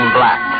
Black